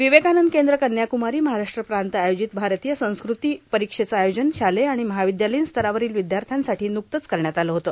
विवेकानंद केन्द्र कन्याक्रमारी महाराष्ट्र प्रांत आयोजित भारतीय संस्कृती परीक्षेचे आयोजन शालेय आणि महाविद्यालयीन स्तरावरील विद्यार्थ्यासाठी न्रकतेच करण्यात आले होते